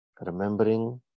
Remembering